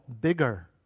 bigger